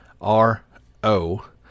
R-O